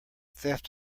theft